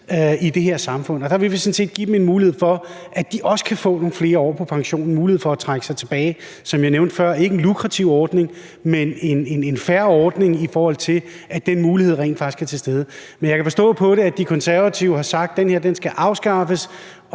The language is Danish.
i det her samfund. Vi vil sådan set give dem en mulighed for, at de også kan få nogle flere år på pension og en mulighed for at trække sig tidligere tilbage. Og som jeg nævnte før, er det ikke en lukrativ ordning, men en fair ordning, der rent faktisk er til stede. Men jeg kan forstå på det, De Konservative har sagt, at det her skal afskaffes.